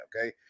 Okay